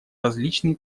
различные